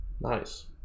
Nice